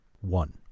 one